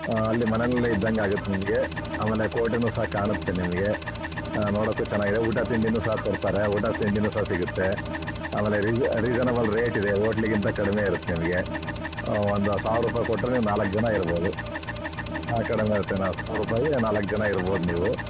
ಅಲ್ಲಿ ಮನೆಯಲ್ಲೇ ಇದ್ದಂಗಾಗುತ್ತೆ ನಿಮಗೆ ಆಮೇಲೆ ಕೋಟೆನು ಸಹ ಕಾಣುತ್ತೆ ನಿಮಗೆ ನೋಡಕ್ಕೂ ಚೆನ್ನಾಗಿದೆ ಊಟ ತಿಂಡಿನು ಸಹ ಕೊಡ್ತಾರೆ ಊಟ ತಿಂಡಿನು ಸಹ ಸಿಗುತ್ತೆ ಆಮೇಲೆ ರೀ ರೀಸನಬಲ್ ರೇಟ್ ಇದೆ ಹೋಟ್ಲಿಗಿಂತ ಕಡಿಮೆ ಇರುತ್ತೆ ನಿಮಗೆ ಒಂದು ಸಾವಿರ ರೂಪಾಯಿ ಕೊಟ್ಟರೆ ನೀವು ನಾಲ್ಕು ಜನ ಇರ್ಬೋದು ನಾಲ್ಕು ಸಾವಿರ ರೂಪಾಯಿಗೆ ನಾಲ್ಕು ಜನ ಇರ್ಬೋದು ನೀವು